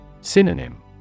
Synonym